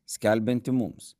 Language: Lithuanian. skelbiantį mums